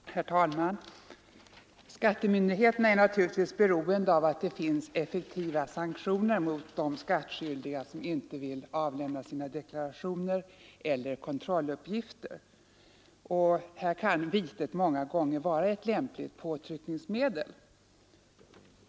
Herr talman! Skattemyndigheterna är naturligtvis beroende av att det finns effektiva sanktioner mot de skattskyldiga som inte avlämnar sina deklarationer eller kontrolluppgifter, och här kan vitet många gånger vara ett lämpligt påtryckningsmedel.